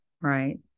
right